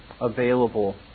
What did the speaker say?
available